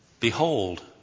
Behold